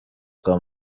kwa